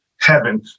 heaven